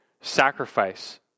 sacrifice